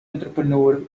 entrepreneur